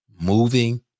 moving